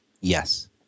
Yes